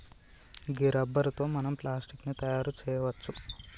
గీ rubber తో మనం plastic ని తయారు చేయవచ్చు